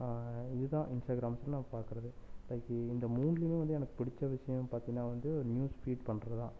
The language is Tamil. இதுதான் இன்ஸ்டாகிராம்ஸில் நான் பார்க்கறது இந்த மூணுலையுமே எனக்கு பிடிச்ச விஷயம் பார்த்தின்னா வந்து நியூஸ் ஃபீட் பண்ணுறது தான்